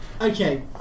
Okay